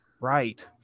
Right